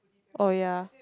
oh ya